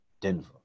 Denver